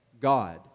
God